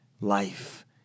life